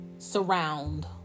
surround